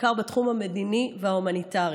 בעיקר בתחום המדיני וההומניטרי.